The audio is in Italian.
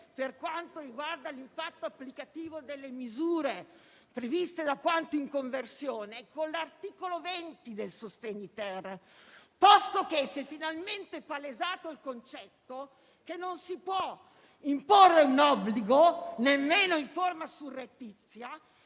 per quanto riguarda l'impatto applicativo delle misure previste dal decreto-legge in conversione, con l'articolo 20 del decreto sostegni-*ter*, posto che si è finalmente palesato il concetto che non si può imporre un obbligo, nemmeno in forma surrettizia,